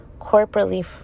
corporately